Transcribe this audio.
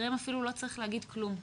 אחריהם אפילו לא צריך להגיד כלום.